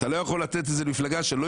אתה לא יכול לתת את זה למפלגה שלא